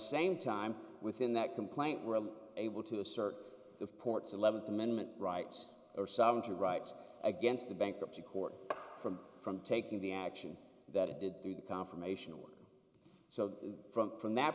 same time within that complaint were able to assert the ports eleventh amendment rights or sound your rights against the bankruptcy court from from taking the action that it did through the confirmation or so from from that